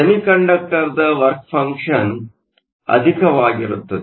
ಸೆಮಿಕಂಡಕ್ಟರ್ನ work function ಅಧಿಕವಾಗಿರುತ್ತದೆ